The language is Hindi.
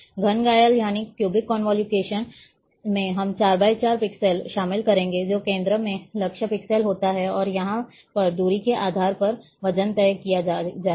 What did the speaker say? घन कायल में हम 4 x 4 पिक्सेल शामिल करेंगे जो केंद्र में लक्ष्य पिक्सेल होता है और यहाँ पर दूरी के आधार पर वजन तय किया जाएगा